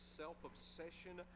self-obsession